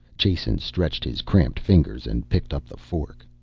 jason stretched his cramped fingers and picked up the fork.